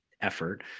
effort